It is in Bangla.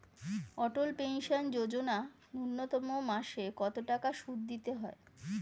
অটল পেনশন যোজনা ন্যূনতম মাসে কত টাকা সুধ দিতে হয়?